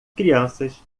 crianças